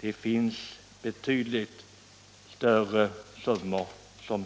Det finns betydligt större summor som